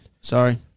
Sorry